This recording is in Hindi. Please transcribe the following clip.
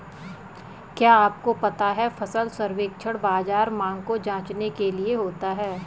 क्या आपको पता है फसल सर्वेक्षण बाज़ार मांग को जांचने के लिए होता है?